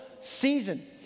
season